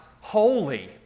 holy